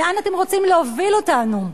לאן אתם רוצים להוביל אותנו?